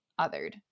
othered